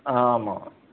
ஆமாம்